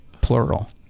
plural